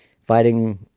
fighting